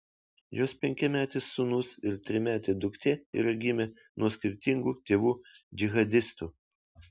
jos penkiametis sūnus ir trimetė duktė yra gimę nuo skirtingų tėvų džihadistų